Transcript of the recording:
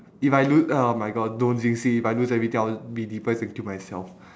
if I lose oh my god don't jinx it if I lose everything I'll be depress and kill myself